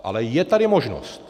Ale je tady možnost.